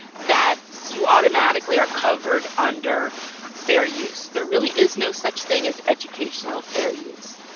that you automatically are covered under fair use. there really is no such thing as educational fair use.